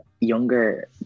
younger